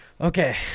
Okay